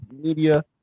Media